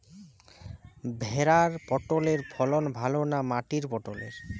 ভেরার পটলের ফলন ভালো না মাটির পটলের?